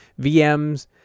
VMs